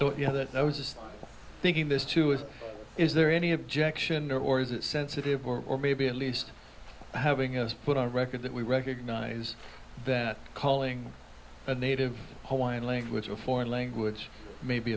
know that i was just thinking this too is is there any objection or is it sensitive or maybe at least having us put on record that we recognize that calling a native hawaiian language a foreign language may be